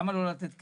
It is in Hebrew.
למה לא לתת כסף?